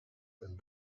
and